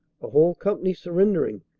a whole company surrendering,